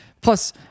plus